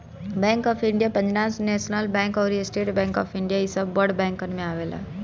bank of India, Punjab national bank अउरी state bank of India इ सब बड़ बैंकन में आवेला